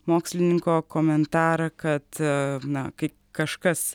mokslininko komentarą kad aaa na kai kažkas